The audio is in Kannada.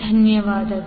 ಧನ್ಯವಾದಗಳು